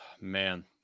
Man